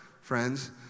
Friends